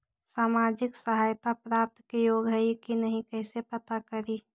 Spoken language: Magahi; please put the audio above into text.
सामाजिक सहायता प्राप्त के योग्य हई कि नहीं कैसे पता करी?